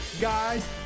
Guys